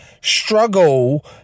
struggle